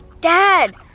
Dad